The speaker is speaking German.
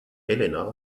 helena